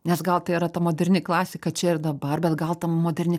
nes gal tai yra ta moderni klasika čia ir dabar bet gal ta moderni